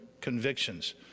convictions